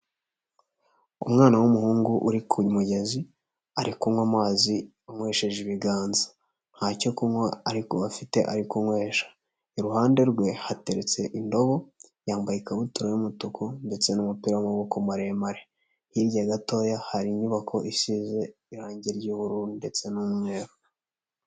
Umwana w'umuhungu uri ku mugezi ari kunywa amazi anywesheje ibiganza, ntacyo kunywa ariko afite ari kunywesha, iruhande rwe hateretse indobo, yambaye ikabutura y'umutuku ndetse n'umupira w'amaboko maremare, hirya gatoya hari inyubako isize irange ry'ubururu ndetse n'umweru.